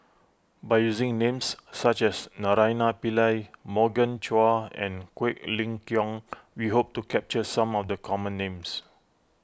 by using names such as Naraina Pillai Morgan Chua and Quek Ling Kiong we hope to capture some of the common names